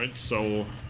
and so